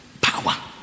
power